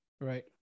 Right